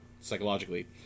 psychologically